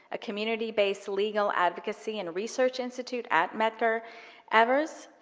a community based legal advocacy and research institute at medgar evers.